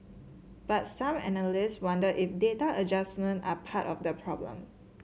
but some analysts wonder if data adjustment are part of the problem